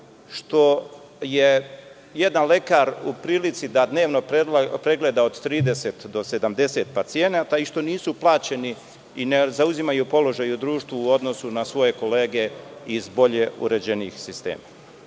Što je jedan lekar u prilici da dnevno pregleda od 30 do 70 pacijenata i što nisu plaćeni i ne zauzimaju položaj u društvu u odnosu na svoje kolege iz bolje uređenih sistema. Ono